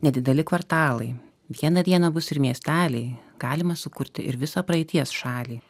nedideli kvartalai vieną dieną bus ir miesteliai galima sukurti ir visą praeities šalį